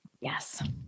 yes